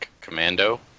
Commando